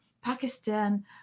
Pakistan